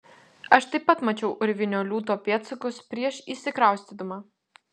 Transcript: aš taip pat mačiau urvinio liūto pėdsakus prieš įsikraustydama